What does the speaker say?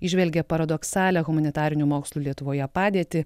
įžvelgė paradoksalią humanitarinių mokslų lietuvoje padėtį